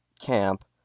camp